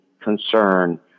concern